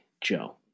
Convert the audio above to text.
Joe